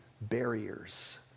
barriers